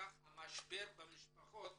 כך המשבר במשפחות